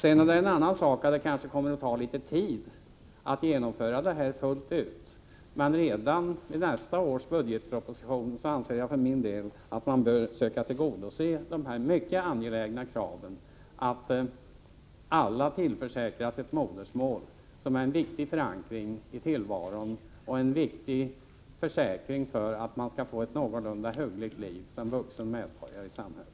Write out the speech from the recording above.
En annan sak är att det kanske kommer att ta litet tid att genomföra förändringen fullt ut. Men redan i nästa års budgetproposition anser jag för min del att man bör söka tillgodose detta mycket angelägna krav att alla tillförsäkras ett modersmål, vilket är en viktig förankring i tillvaron och en viktig försäkring om att vederbörande skall få ett någorlunda hyggligt liv som vuxen medborgare i samhället.